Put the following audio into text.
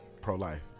Pro-life